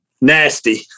nasty